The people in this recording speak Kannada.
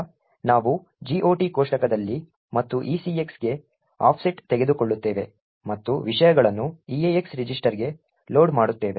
ಈಗ ನಾವು GOT ಕೋಷ್ಟಕದಲ್ಲಿ ಮತ್ತು ECX ಗೆ ಆಫ್ಸೆಟ್ ತೆಗೆದುಕೊಳ್ಳುತ್ತೇವೆ ಮತ್ತು ವಿಷಯಗಳನ್ನು EAX ರಿಜಿಸ್ಟರ್ಗೆ ಲೋಡ್ ಮಾಡುತ್ತೇವೆ